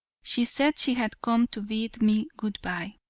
she said she had come to bid me good-bye,